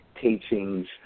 teachings